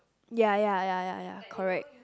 ya ya ya ya ya correct